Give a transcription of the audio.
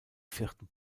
vierten